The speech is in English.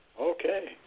Okay